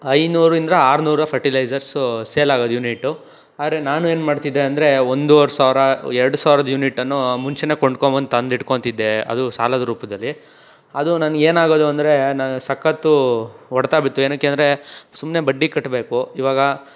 ಐನೂರರಿಂದ ಆರುನೂರು fertilizers sale ಆಗೋದು unit ಆದ್ರೆ ನಾನು ಏನ್ಮಾಡ್ತಿದ್ದೆ ಅಂದರೆ ಒಂದುವರೆ ಸಾವಿರ ಎರಡು ಸಾವ್ರದ ಯುನಿಟನ್ನೂ ಮುಂಚೆನೇ ಕೊಂಡ್ಕೊಂಡ್ಬಂದು ತಂದಿಟ್ಕೊಳ್ತಿದ್ದೆ ಅದು ಸಾಲದ ರೂಪದಲ್ಲಿ ಅದು ನನ್ಗೆ ಏನಾಗೋದು ಅಂದರೆ ನ ಸಖತ್ ಹೊಡೆತ ಬಿತ್ತು ಏಕೆ ಅಂದರೆ ಸುಮ್ಮನೆ ಬಡ್ಡಿ ಕಟ್ಟಬೇಕು ಇವಾಗ